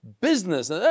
business